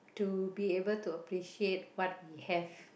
to be able to appreciate what we have